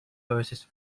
verses